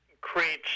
creates